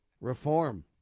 reform